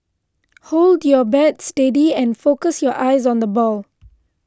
hold your bat steady and focus your eyes on the ball